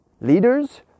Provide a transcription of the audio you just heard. leaders